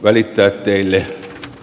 välittää teille